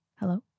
Hello